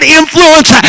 influence